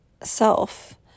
self